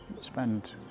spend